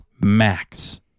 Max